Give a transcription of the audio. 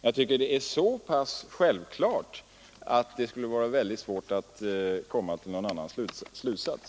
Jag tycker detta är så självklart att det måste vara mycket svårt att komma till någon annan slutsats.